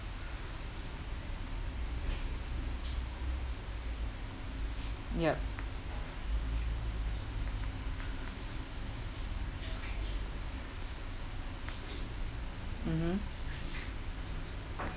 yup mmhmm